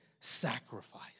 sacrifice